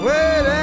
Wait